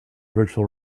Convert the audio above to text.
virtual